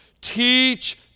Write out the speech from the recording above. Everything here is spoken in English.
teach